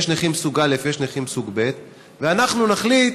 יש נכים סוג א', יש נכים סוג ב', ואנחנו נחליט